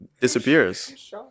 disappears